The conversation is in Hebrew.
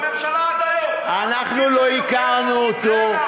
בממשלה עד היום, אנחנו לא הכרנו אותו.